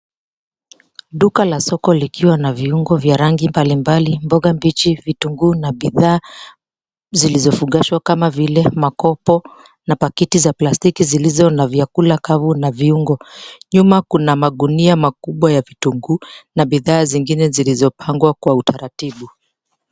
Duka la soko likiwa na viungo vya rangi mbalimbali, mboga mbichi, vitunguu na bidhaa zilizofugashwa kama vile makopo na paketi za plastiki zilizo na vyakula kavu na viungo. Nyuma kuna magunia makubwa ya vitunguu na bidhaa zingine zilizopangwa kwa utaratibu.